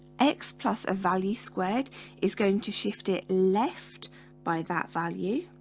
x plus a value squared is going to shift it left by that value